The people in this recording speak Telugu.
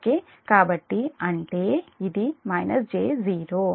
కాబట్టి అంటే ఇది j0